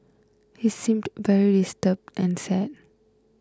he seemed very disturbed and sad